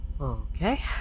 Okay